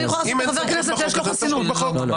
אם אין סמכות בחוק אז אין סמכות בחוק.